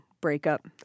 breakup